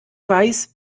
weiß